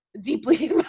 deeply